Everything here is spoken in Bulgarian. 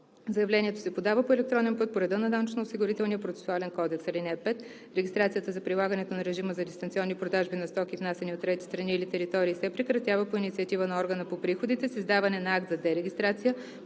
Заявлението се подава по електронен път по реда на Данъчно-осигурителния процесуален кодекс. (5) Регистрацията за прилагането на режима за дистанционни продажби на стоки, внасяни от трети страни или територии, се прекратява по инициатива на органа по приходите с издаване на акт за дерегистрация,